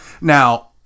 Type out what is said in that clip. Now